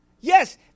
Yes